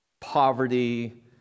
poverty